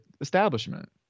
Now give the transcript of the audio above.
establishment